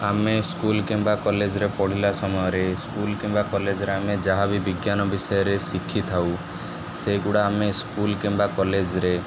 ଆମେ ସ୍କୁଲ କିମ୍ବା କଲେଜରେ ପଢ଼ିଲା ସମୟରେ ସ୍କୁଲ କିମ୍ବା କଲେଜରେ ଆମେ ଯାହା ବି ବିଜ୍ଞାନ ବିଷୟରେ ଶିଖିଥାଉ ସେଗୁଡ଼ା ଆମେ ସ୍କୁଲ କିମ୍ବା କଲେଜରେ